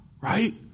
Right